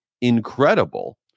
incredible